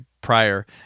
prior